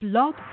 Blog